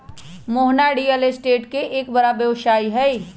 Mohana real estate के एक बड़ा व्यवसायी हई